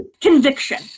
conviction